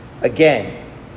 Again